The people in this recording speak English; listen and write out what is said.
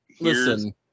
Listen